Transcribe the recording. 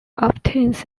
obtains